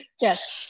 yes